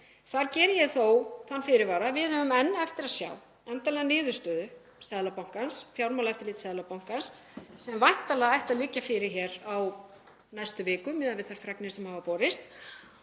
Þar geri ég þó þann fyrirvara að við eigum enn eftir að sjá endanlega niðurstöðu Seðlabankans, Fjármálaeftirlits Seðlabankans, sem væntanlega ætti að liggja fyrir hér á næstu vikum miðað við þær fregnir sem hafa borist.